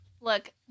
Look